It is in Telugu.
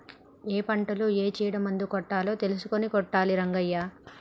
ఏ పంటలో ఏ చీడ మందు కొట్టాలో తెలుసుకొని కొట్టాలి రంగయ్య